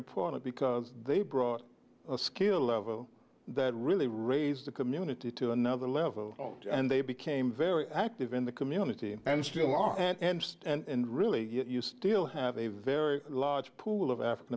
important because they brought a skill level that really raised the community to another level and they became very active in the community and still are and and really you still have a very large pool of african